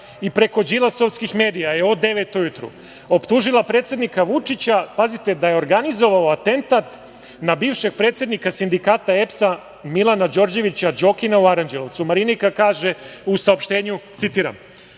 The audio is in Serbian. i preko đilasovskih medija je od devet ujutru optužila predsednika Vučića, pazite, da je organizovao atentat na bivšeg predsednika Sindikata EPS-a Milana Đorđevića Đokina u Aranđelovcu. Marinika kaže u saopštenju, citiram: